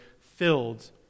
filled